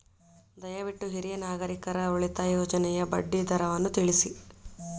ದಯವಿಟ್ಟು ಹಿರಿಯ ನಾಗರಿಕರ ಉಳಿತಾಯ ಯೋಜನೆಯ ಬಡ್ಡಿ ದರವನ್ನು ತಿಳಿಸಿ